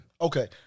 Okay